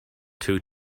two